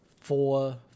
four